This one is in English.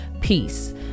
peace